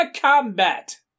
Combat